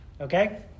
okay